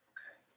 Okay